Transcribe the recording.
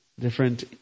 different